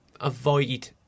avoid